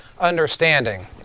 understanding